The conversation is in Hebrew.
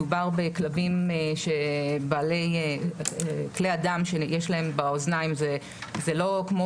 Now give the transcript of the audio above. מדובר בכלבים שכלי הדם שיש להם באוזניים הם לא כמו